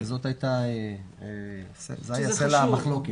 זה היה סלע המחלוקת.